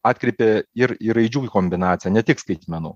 atkreipia ir į raidžių kombinaciją ne tik skaitmenų